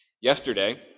Yesterday